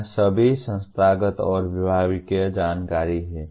यह सभी संस्थागत और विभागीय जानकारी है